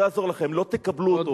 לא יעזור לכם, לא תקבלו אותו.